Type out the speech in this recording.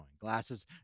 glasses